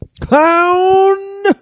clown